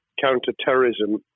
counter-terrorism